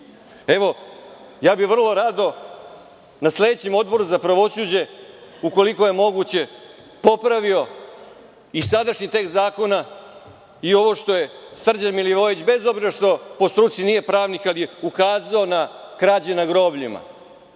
vidi. Ja bih vrlo rado na sledećem Odboru za pravosuđe, ukoliko je moguće, popravio i sadašnji tekst zakona i ovo što je Srđan Milivojević, bez obzira što po struci nije pravnik, ali je ukazao na krađe na grobljima.